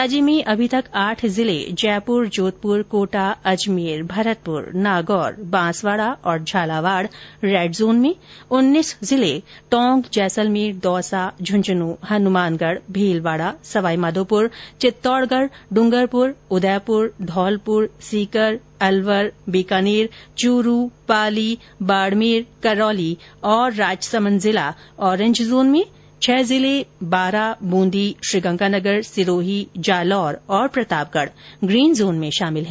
राज्य में अभी तक आठ जिले जयपुर जोधपुर कोटा अजमेर भरतपुर नागौर बांसवाडा और झालावाड़ रेड जोन में उन्नीस जिले टोंक जैसलमेर दौसा झन्झन हनुमानगढ भीलवाडा सवाईमाधोपुर चित्तौडगढ ड्रंगरपुर उदयपुर धौलपुर सीकर अलवर बीकानेर चूरू पाली बाडमेर करौली और राजसमंद जिला ओरेंज जोन में छह जिले बारां बूंदी श्रीगानगर सिरोही जालौर और प्रतापगढ ग्रीन जोन में शामिल हैं